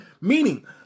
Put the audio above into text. meaning